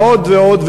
ועוד ועוד,